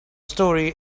story